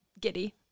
giddy